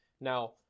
Now